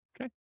Okay